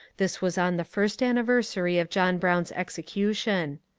this was on the first anniversary of john brown's execution.